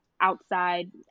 outside